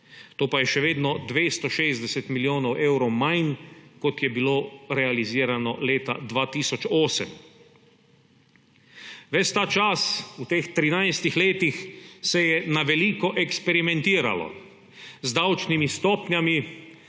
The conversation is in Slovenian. To pa je še vedno 260 milijonov evrov manj, kot je bilo realizirano leta 2008. Ves ta čas v teh 13 letih se je na veliko eksperimentiralo z davčnimi stopnjami,